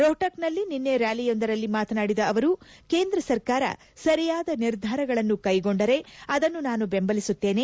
ರೋಷ್ಟಕ್ ನಲ್ಲಿ ನಿನ್ನೆ ರಾಲಿಯೊಂದರಲ್ಲಿ ಮಾತನಾಡಿದ ಅವರು ಕೇಂದ್ರ ಸರ್ಕಾರ ಸರಿಯಾದ ನಿರ್ಧಾರಗಳನ್ನು ಕ್ಕೆಗೊಂಡರೆ ಅದನ್ನು ನಾನು ಬೆಂಬಲಿಸುತ್ತೇನೆ